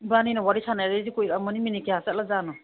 ꯏꯕꯥꯟꯅꯤꯅ ꯋꯥꯔꯤ ꯁꯥꯟꯅꯔꯛꯏꯁꯦ ꯀꯨꯏꯔꯝꯃꯅꯤ ꯃꯤꯅꯤꯠ ꯀꯌꯥ ꯆꯠꯂ ꯖꯥꯠꯅꯣ